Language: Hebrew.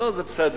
לא, זה בסדר.